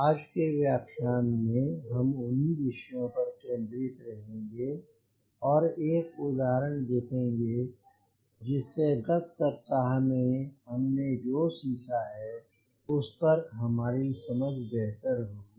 आज के व्याख्यान में हम उन्ही विषयों पर केंद्रित रहेंगे और एक उदाहरण देखेंगे जिससे गत सप्ताह जो हमने सीखा है उस पर हमारी समझ बेहतर होगी